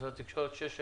משרד התקשורת על שש שנים?